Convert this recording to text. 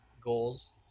goals